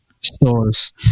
stores